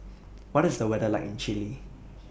What IS The weather like in Chile